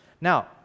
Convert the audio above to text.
Now